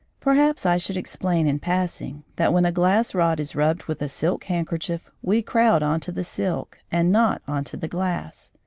perhaps i should explain in passing, that when a glass rod is rubbed with a silk handkerchief we crowd on to the silk, and not on to the glass.